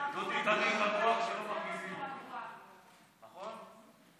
דודי תמיד רגוע כשלא מרגיזים אותו, נכון?